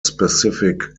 specific